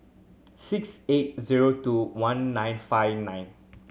six eight zero two one nine five nine